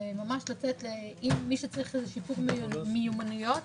מי שצריך שיפור מיומנויות